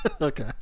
Okay